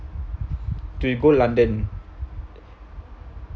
to go london